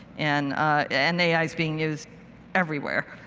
and and ai is being used everywhere.